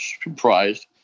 comprised